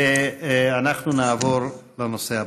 ואנחנו נעבור לנושא הבא.